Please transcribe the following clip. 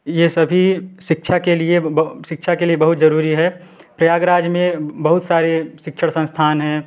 ये सभी शिक्षा के लिए शिक्षा के लिए बहुत जरूरी है प्रयागराज में बहुत सारे शिक्षण संस्थान है